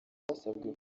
wasabwe